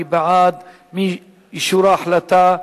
מי בעד אישור ההחלטה?